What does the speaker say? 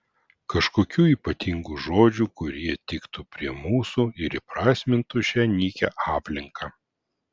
kažkokių ypatingų žodžių kurie tiktų prie mūsų ir įprasmintų šią nykią aplinką